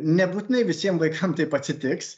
nebūtinai visiem vaikam taip atsitiks